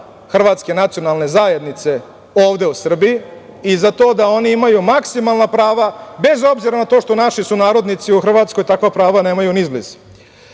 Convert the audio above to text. hrvatske nacionalne zajednice ovde u Srbiji i za to da oni imaju maksimalna prava, bez obzira na to što naši sunarodnici u Hrvatskoj takva prava nemaju ni izbliza,